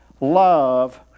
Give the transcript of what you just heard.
love